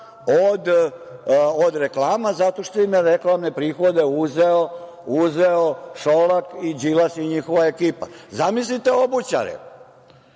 od reklama, zato što im je reklamne prihode uzeo Šolak i Đilas i njihova ekipa. Zamislite obućara,